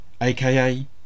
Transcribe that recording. AKA